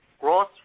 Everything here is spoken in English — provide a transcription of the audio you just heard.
gross